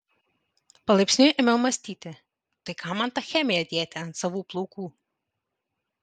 palaipsniui ėmiau mąstyti tai kam man tą chemiją dėti ant savų plaukų